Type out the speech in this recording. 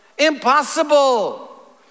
impossible